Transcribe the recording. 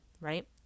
right